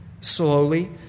Slowly